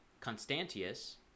Constantius